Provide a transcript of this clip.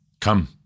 Come